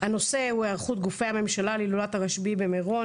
הנושא הוא היערכות גופי הממשלה להילולת הרשב"י במירון,